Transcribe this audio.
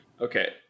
okay